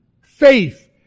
faith